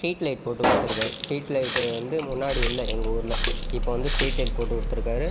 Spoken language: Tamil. ஸ்டீட் லைட் போட்டு கொடுத்துருக்காரு ஸ்டீட் லைட்டு வந்து முன்னாடி இல்லை எங்கள் ஊரில் இப்போ வந்து ஸ்டீட் லைட்டு போட்டு கொடுத்துருக்காரு